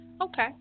Okay